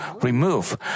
remove